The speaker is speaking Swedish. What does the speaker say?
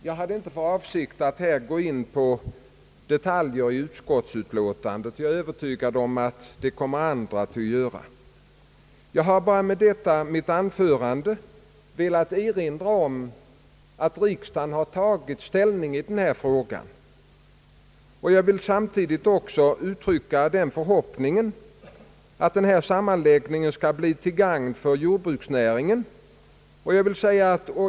Jag hade inte för avsikt att gå in på detaljer i utskottsutlåtandet, ty jag är övertygad om att andra talare kommer att göra det. Jag har bara med detta mitt anförande velat erinra om att riksdagen har tagit ställning i denna fråga. Jag vill samtidigt också uttrycka förhoppningen att denna sammanläggning skall bli till gagn för jordbruksnäringen.